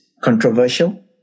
controversial